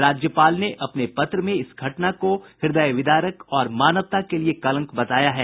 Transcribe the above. राज्यपाल ने अपने पत्र में इस घटना को हृदय विदारक और मानवता के लिये कलंक बताया है